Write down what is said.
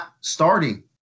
starting